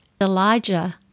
Elijah